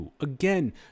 again